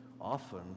often